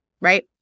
right